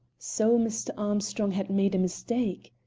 so mr. armstrong had made a mistake!